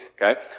Okay